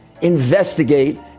investigate